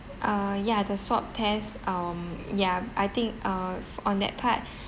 uh ya the swab test um ya I think uh f~ on that part